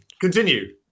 Continue